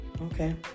Okay